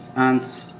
and